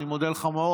אני מודה לך מאוד.